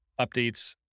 Updates